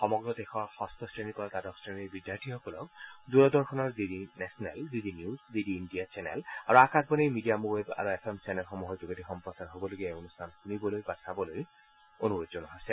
সমগ্ৰ দেশৰ ষষ্ঠ শ্ৰেণীৰ পৰা দ্বাদশ শ্ৰেণীৰ বিদ্যাৰ্থীসকলক দূৰদৰ্শনৰ DD national DD news DD India channel আৰু আকাশবাণীৰ মিডিয়া ৱেভ আৰু এফ এম চেনলসমূহৰ যোগেদি সম্প্ৰচাৰ হ'বলগীয়া এই অনুষ্ঠান চাবলৈ বা শুনিবলৈ অনুৰোধ জনোৱা হৈছে